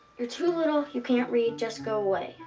you're too little. you can't read. just go away.